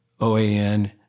OAN